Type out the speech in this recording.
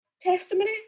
testimony